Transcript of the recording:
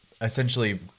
essentially